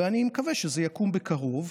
ואני מקווה שזה יקום בקרוב.